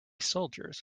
soldiers